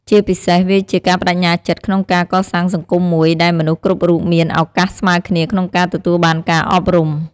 ជាពិសេស វាជា ការប្ដេជ្ញាចិត្ត ក្នុងការ កសាងសង្គមមួយ ដែលមនុស្សគ្រប់រូបមាន ឱកាសស្មើគ្នា ក្នុងការ ទទួលបានការអប់រំ។